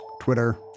Twitter